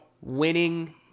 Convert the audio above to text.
Winning